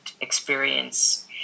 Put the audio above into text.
experience